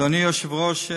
אדוני היושב-ראש,